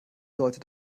sollte